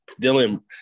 Dylan